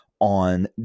on